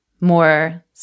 more